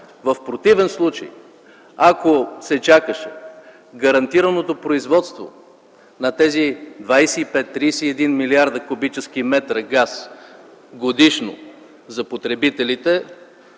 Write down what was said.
В противен случай ако се чакаше гарантираното производство на тези 25-31 млрд. куб. м газ годишно за потребителите